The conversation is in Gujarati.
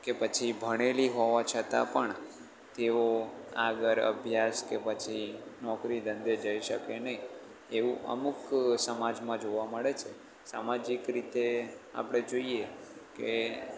કે પછી ભણેલી હોવા છતાં પણ તેઓ આગળ અભ્યાસ કે પછી નોકરી ધંધે જઈ શકે નહીં એવું અમુક સમાજમાં જોવા મળે છે સામાજિક રીતે આપણે જોઈએ કે